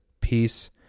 peace